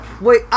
Wait